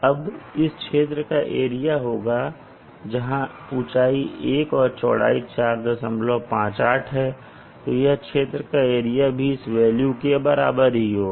अब यह क्षेत्र का एरिया होगा जहां ऊंचाई 1 और चौड़ाई 458 है तो यह क्षेत्र का एरिया भी इस वेल्यू के बराबर ही होगा